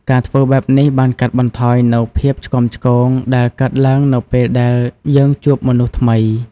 ការធ្វើបែបនេះបានកាត់បន្ថយនូវភាពឆ្គាំឆ្គងដែលកើតឡើងនៅពេលដែលយើងជួបមនុស្សថ្មី។